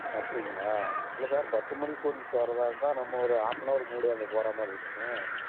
அப்படிங்களா இல்லை சார் பத்து மணிக்கு ஸ்டூடண்ட்ஸ் வர்றதா இருந்தால் நம்ம ஒரு ஆஃப் அண்ட் நவர் முன்னாடியே அங்கே போகிற மாதிரி இருக்குமே